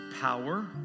Power